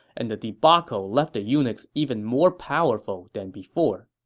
and the debacle left the eunuchs even more powerful than before